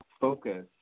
focus